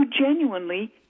genuinely